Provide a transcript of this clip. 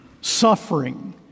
suffering